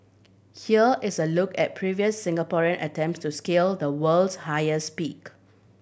here is a look at previous Singaporean attempts to scale the world's highest peak